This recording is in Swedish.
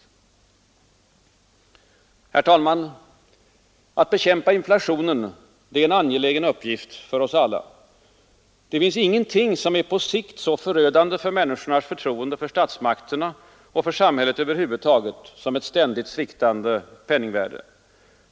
Herr talman! Att bekämpa inflationen är en angelägen uppgift för oss alla. Det finns inget som på sikt är så förödande för människornas förtroende för statsmakterna och för samhället över huvud taget som ett ständigt sviktande penningvärde.